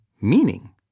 meaning